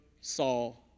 Saul